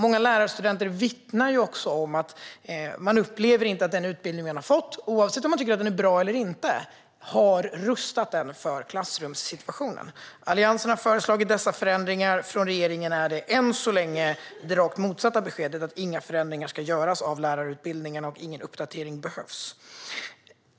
Många lärarstudenter vittnar om att de inte upplever att den utbildning de får, oavsett om de tycker att den är bra eller inte, rustar dem för klassrumssituationen. Alliansen har föreslagit förändringar. Från regeringen är beskedet än så länge det rakt motsatta: Inga förändringar av lärarutbildningen ska göras, och ingen uppdatering behövs.